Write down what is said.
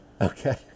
Okay